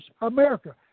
America